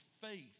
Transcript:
faith